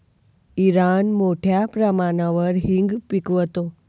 Iran मोठ्या प्रमाणावर हिंग पिकवतो